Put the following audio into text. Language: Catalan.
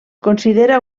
considera